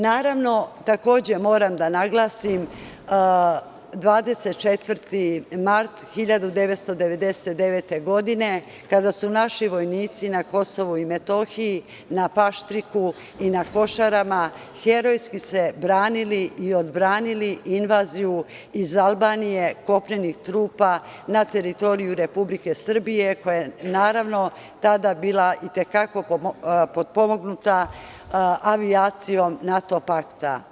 Naravno, takođe moram da naglasim 24. mart 1999. godine kada su naši vojnici na KiM na Paštriku i na Košarama se herojski branili i odbranili invaziju iz Albanije kopnenih trupa na teritoriju Republike Srbije koja je, naravno, tada bila i te kako potpomognuta avijacijom NATO pakta.